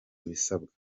ibisabwa